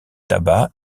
tabac